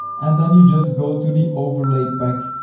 and then you just go to the overlay pack,